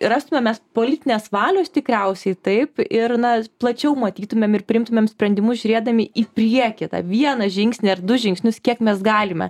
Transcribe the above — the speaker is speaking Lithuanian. rastume mes politinės valios tikriausiai taip ir na plačiau matytumėm ir priimtumėm sprendimus žiūrėdami į priekį tą vieną žingsnį ar du žingsnius kiek mes galime